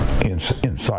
inside